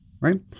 right